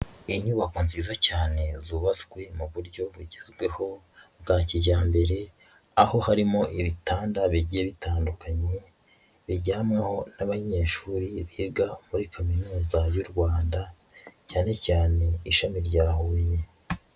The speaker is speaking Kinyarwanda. Inyubako nziza cyane zubatswe mu buryo bugezweho bwa kijyambere, aho harimo ibitanda bigiye bitandukanye biryamwaho n'abanyeshuri biga muri kaminuza y'u Rwanda, cyane cyane ishami rya Huye.